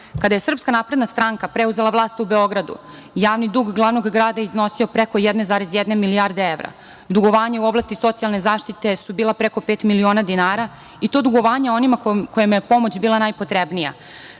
Pazl grada. Kada je SNS preuzela vlast u Beogradu, javni dug glavnog grada iznosio je preko 1,1 milijarda evra. Dugovanja u oblasti socijalne zaštite su bila preko pet miliona dinara i to dugovanja onima kojima je pomoć bila najpotrebnija.